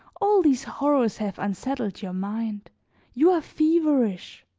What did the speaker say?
all these horrors have unsettled your mind you are feverish.